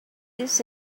this